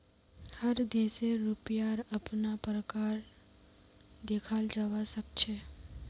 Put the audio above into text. हर देशेर रुपयार अपना प्रकार देखाल जवा सक छे